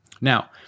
Now